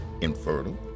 infertile